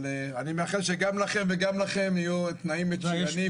אבל אני מאחל שגם לכם וגם להם יהיו תנאים מצוינים.